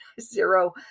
zero